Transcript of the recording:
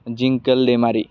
दिंकल दैमारि